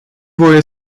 voie